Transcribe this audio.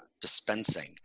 dispensing